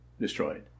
destroyed